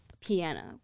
piano